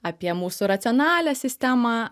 apie mūsų racionalią sistemą